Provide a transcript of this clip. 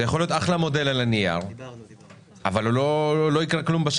זה יכול להיות יופי של מודל על הנייר אבל בשטח לא יקרה כלום.